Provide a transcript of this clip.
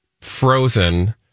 Frozen